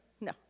no